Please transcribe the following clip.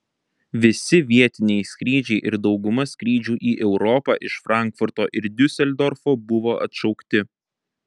visi vietiniai skrydžiai ir dauguma skrydžių į europą iš frankfurto ir diuseldorfo buvo atšaukti